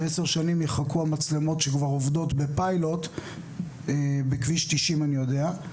ועשר שנים יחכו המצלמות שכבר עובדות בפיילוט בכביש 90 אני יודע.